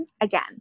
again